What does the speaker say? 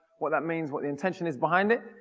what that means, what the intention is behind it,